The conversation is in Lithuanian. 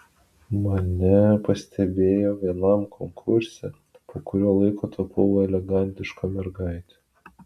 mane pastebėjo vienam konkurse po kurio laiko tapau elegantiška mergaite